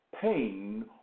pain